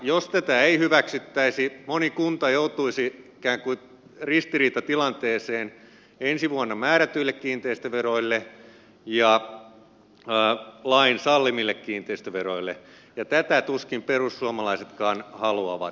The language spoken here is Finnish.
jos tätä ei hyväksyttäisi moni kunta joutuisi ikään kuin ristiriitatilanteeseen ensi vuonna määrätyille kiinteistöveroille ja lain sallimille kiinteistöveroille ja tätä tuskin perussuomalaisetkaan haluavat